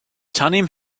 tunney